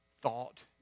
thought